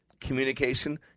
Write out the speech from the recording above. communication